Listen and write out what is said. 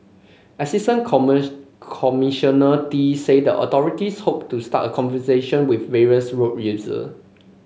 Assistant Commissioner Tee said the authorities hoped to start the conversation with various road user